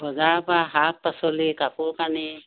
বজাৰৰ পৰা শাক পাচলি কাপোৰ কানি